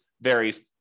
varies